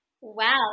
Wow